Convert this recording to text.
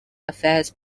affairs